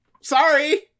Sorry